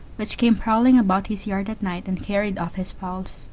which came prowling about his yard at night and carried off his fowls.